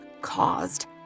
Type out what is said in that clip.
caused